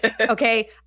okay